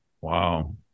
Wow